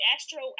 Astro